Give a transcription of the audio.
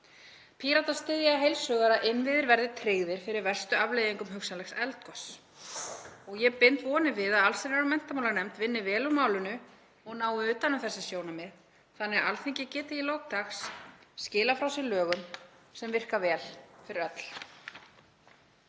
Píratar styðja heils hugar að innviðir verði tryggðir fyrir verstu afleiðingum hugsanlegs eldgoss. Ég bind vonir við að allsherjar- og menntamálanefnd vinni vel úr málinu og nái utan um þessi sjónarmið þannig að Alþingi geti í lok dags skilað frá sér lögum sem virka vel fyrir öll.